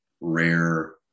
rare